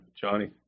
Johnny